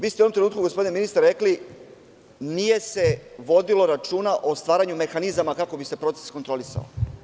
Vi ste u jednom trenutku, gospodine ministre, rekli – nije se vodilo računa o stvaranju mehanizama kako bi se proces kontrolisao.